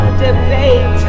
debate